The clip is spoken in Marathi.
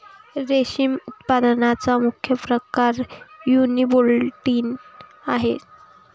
रेशम उत्पादनाचा मुख्य प्रकार युनिबोल्टिन आहे